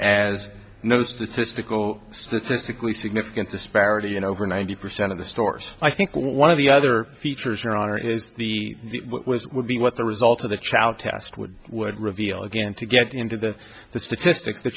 as no statistical specifically significant disparity in over ninety percent of the stores i think one of the other features your honor is the was would be what the result of the child test would would reveal again to get into the the statistics the